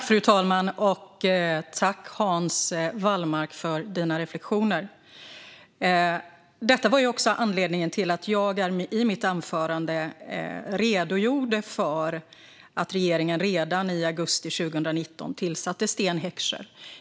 Fru talman! Tack, Hans Wallmark, för dina reflektioner! Detta var anledningen till att jag i mitt anförande redogjorde för att regeringen redan i augusti 2019 tillsatte Sten Heckscher.